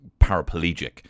paraplegic